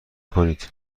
کنید